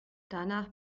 danach